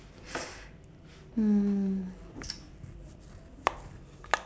mm